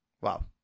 Wow